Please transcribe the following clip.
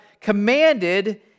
commanded